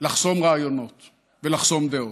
לחסום רעיונות ולחסום דעות.